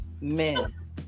miss